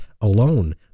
alone